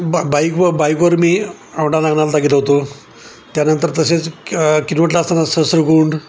बा बाईक व बाईकवर मी औंढा नागनाथला गेलो होतो त्यानंतर तसेच क किनवटला असताना सहस्त्रकुंड